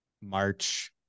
march